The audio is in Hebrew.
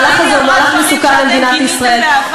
שהמהלך הזה הוא מהלך מסוכן למדינת ישראל.